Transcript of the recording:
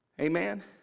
Amen